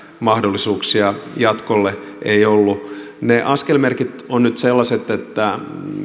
mahdollisuuksia jatkolle ei ollut askelmerkit ovat nyt sellaiset että